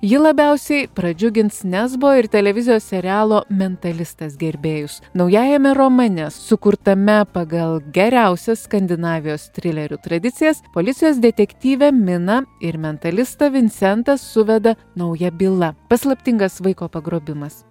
ji labiausiai pradžiugins nes buvo ir televizijos serialo mentalistas gerbėjus naujajame romane sukurtame pagal geriausias skandinavijos trilerių tradicijas policijos detektyvę miną ir mentalistą vincentą suveda nauja byla paslaptingas vaiko pagrobimas